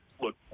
look